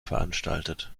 veranstaltet